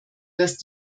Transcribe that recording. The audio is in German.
dass